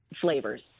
flavors